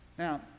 Now